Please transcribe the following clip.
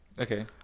okay